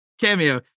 cameo